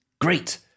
Great